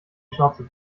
schnauze